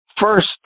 first